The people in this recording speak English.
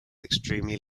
extremely